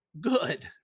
good